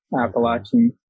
Appalachian